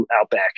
Outback